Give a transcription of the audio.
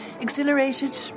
Exhilarated